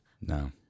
no